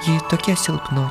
ji tokia silpna